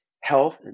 health